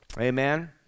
amen